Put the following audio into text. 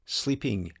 sleeping